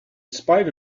spite